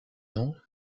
non